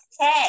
okay